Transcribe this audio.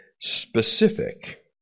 specific